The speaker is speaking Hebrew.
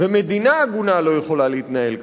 ומדינה הגונה לא יכולה להתנהל כך.